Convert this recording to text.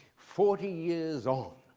forty years on,